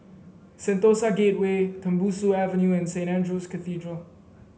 Sentosa Gateway Tembusu Avenue and Saint Andrew's Cathedral